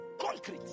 concrete